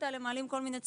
ולשם מועלים כל מיני צרכים,